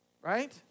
Right